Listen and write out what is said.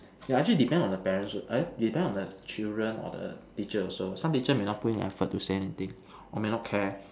yeah actually depends on the parent eh depends on the children or the teacher also some teacher may not put in effort to say anything or may not care